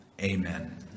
Amen